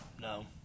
No